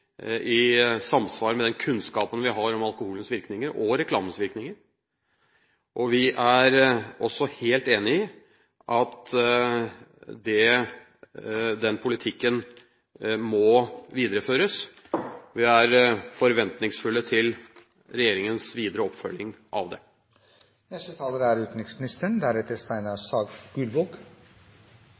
i samsvar med den kunnskapen vi har om alkoholens og reklamens virkninger, og vi er også helt enig i at den politikken må videreføres. Vi er forventningsfulle til regjeringens videre oppfølging av